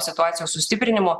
situacijos sustiprinimo